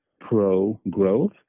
pro-growth